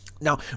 Now